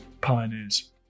pioneers